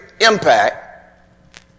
impact